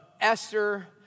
Esther